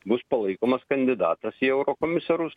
bus palaikomas kandidatas į eurokomisarus